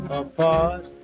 apart